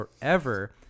forever